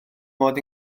mod